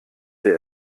der